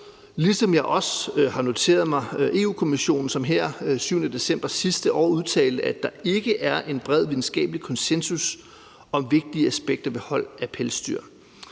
ligesom jeg også har noteret mig, at Europa-Kommissionen den 7. december sidste år udtalte, at der ikke er en bred videnskabelig konsensus om vigtige aspekter ved hold af pelsdyr,